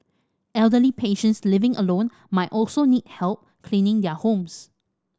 elderly patients living alone might also need help cleaning their homes